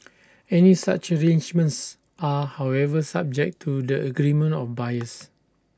any such arrangements are however subject to the agreement of buyers